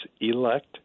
elect